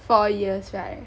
four years right